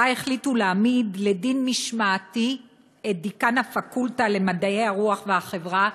שבה החליטו להעמיד לדין משמעתי את דיקן הפקולטה למדעי הרוח והחברה,